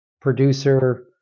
producer